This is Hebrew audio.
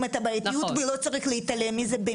את הבעייתיות ולא צריך להתעלם מזה.